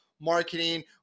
Marketing